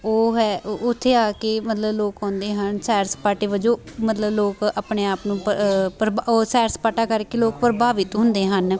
ਉਹ ਹੈ ਉੱਥੇ ਆ ਕੇ ਮਤਲਬ ਲੋਕ ਆਉਂਦੇ ਹਨ ਸੈਰ ਸਪਾਟੇ ਵਜੋਂ ਮਤਲਬ ਲੋਕ ਆਪਣੇ ਆਪ ਨੂੰ ਪ ਪ੍ਰਭਾ ਉਹ ਸੈਰ ਸਪਾਟਾ ਕਰਕੇ ਲੋਕ ਪ੍ਰਭਾਵਿਤ ਹੁੰਦੇ ਹਨ